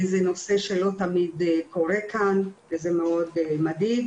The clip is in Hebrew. למנוע שהוא יחכה ברכב עד שמישהו יגיע,